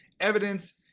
evidence